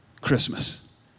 Christmas